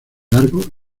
largo